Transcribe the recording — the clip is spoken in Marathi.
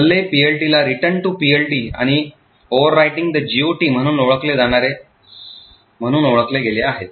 हल्ले पीएलटीला रिटर्न टू आणि ओव्हरराइटिंग द जीओटी म्हणून ओळखले जाणारे म्हणून ओळखले गेले आहेत